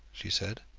she said.